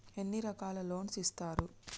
ఎన్ని రకాల లోన్స్ ఇస్తరు?